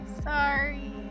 Sorry